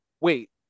wait